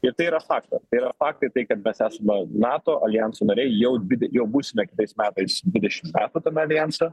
ir tai yra faktas tai yra faktai tai kad mes esame nato aljanso nariai jau jau būsime kitais metais dvidešim metų tame aljanse